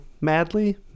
madly